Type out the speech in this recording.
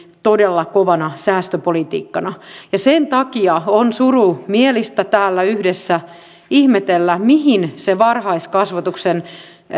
todella kovana säästöpolitiikkana ja sen takia on surumielistä täällä yhdessä ihmetellä mihin se varhaiskasvatuksen